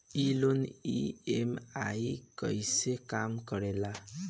ई loan EMI कईसे काम करेला?